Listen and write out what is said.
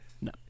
no